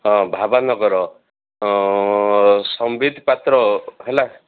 ହଁ ଭାବାନଗର ସମ୍ବିତ ପାତ୍ର ହେଲା